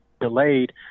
delayed